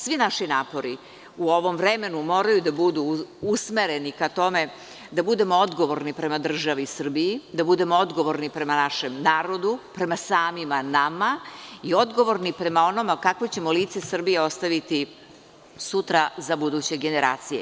Svi naši napori u ovom vremenu moraju da budu usmereni ka tome da budemo odgovorni prema državi Srbiji, da budemo odgovorni prema našem narodu, prema samima nama i odgovorni prema onome kakvo ćemo lice Srbije ostaviti sutra za buduće generacije.